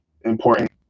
important